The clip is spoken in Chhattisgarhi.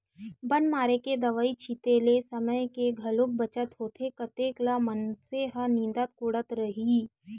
बन मारे के दवई छिते ले समे के घलोक बचत होथे कतेक ल मनसे ह निंदत कोड़त रइही